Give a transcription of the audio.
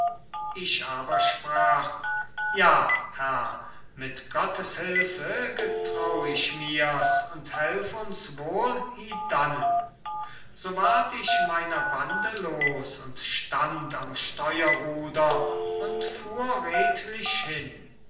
ich aber sprach ja herr mit gottes hülfe getrau ich mir's und helf uns wohl hiedannen so ward ich meiner bande los und stand am steuerruder und fuhr redlich hin